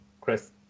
Chris